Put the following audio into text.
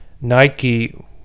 Nike